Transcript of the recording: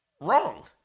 wrong